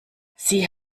sie